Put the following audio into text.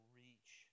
reach